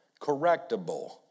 correctable